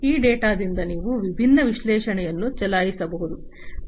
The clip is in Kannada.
ಈ ಡೇಟಾದಿಂದ ನೀವು ವಿಭಿನ್ನ ವಿಶ್ಲೇಷಣೆಯನ್ನು ಚಲಾಯಿಸಬಹುದು